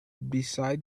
beside